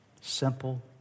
Simple